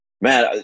man